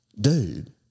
dude